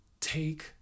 take